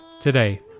today